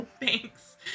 Thanks